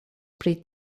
pri